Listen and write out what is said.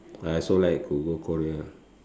I also like to go Korea